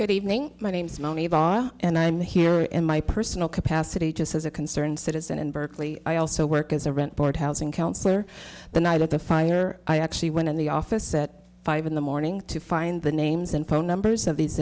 good evening my name's moni of aa and i'm here in my personal capacity just as a concerned citizen in berkeley i also work as a rent board housing counselor the night of the fire i actually went in the office at five in the morning to find the names and phone numbers of these